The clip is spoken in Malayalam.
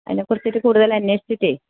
അതിനെക്കുറിച്ചിട്ട് കൂടുതൽ അന്വേഷിച്ചിട്ടേ